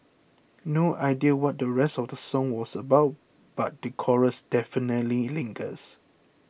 no idea what the rest of the song was about but the chorus definitely lingers